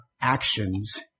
actions